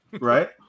right